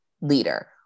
leader